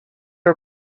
are